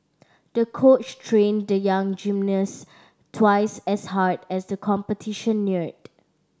the coach trained the young gymnast twice as hard as the competition neared